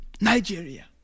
nigeria